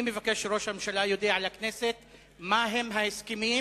אני מבקש שראש הממשלה יודיע לכנסת מהם ההסכמים,